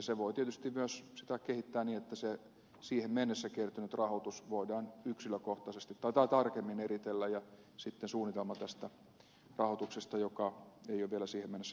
sitä voi tietysti myös kehittää niin että siihen mennessä kertynyt rahoitus voidaan tarkemmin eritellä ja sitten on suunnitelma siitä rahoituksesta joka ei ole vielä siihen mennessä toteutunut